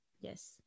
Yes